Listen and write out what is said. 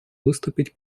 выступить